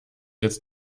jetzt